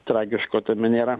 tragiško tame nėra